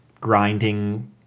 grinding